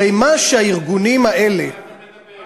הרי מה שהארגונים האלה, על מה אתה מדבר,